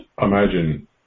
imagine